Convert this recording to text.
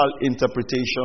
interpretation